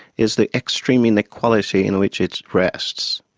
is the extreme inequality in which it rests.